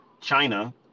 China